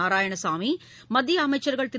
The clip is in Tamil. நாராயணசாமி மத்திய அமைச்சர்கள் திரு